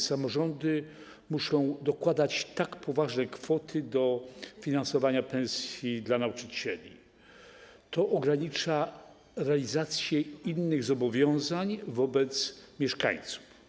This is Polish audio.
Samorządy muszą dokładać poważne kwoty do finansowania pensji nauczycieli, a to ogranicza realizację innych zobowiązań wobec mieszkańców.